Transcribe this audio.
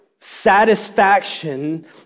satisfaction